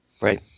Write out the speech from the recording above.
Right